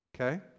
Okay